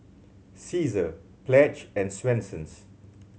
Cesar Pledge and Swensens